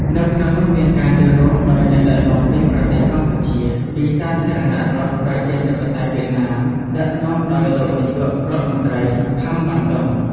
នៅក្នុងនោះមានការចូលរួមដោយអ្នក ដឹកនាំពីប្រទេសកម្ពុជា ពីសាធារណរដ្ឋប្រជាធិបតេយ្យវៀតណាម ដឹកនាំដោយលោកនាយក រដ្ឋមន្រ្តី ផាំ វ៉ាន់ ដុង។